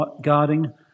guarding